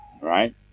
right